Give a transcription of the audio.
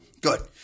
Good